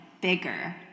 bigger